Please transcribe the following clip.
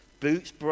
Boots